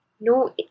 No